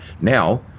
Now